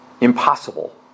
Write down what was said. impossible